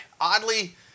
oddly